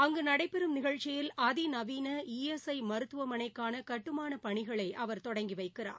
அங்கு நடைபெறும் நிகழ்ச்சியில் அதிநவீன இ எஸ் ஐ மருத்துவமனைக்கான கட்டுமானப் பணிகளை அவர் தொடங்கி வைக்கிறார்